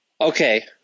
Okay